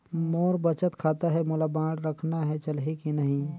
मोर बचत खाता है मोला बांड रखना है चलही की नहीं?